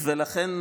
לכן,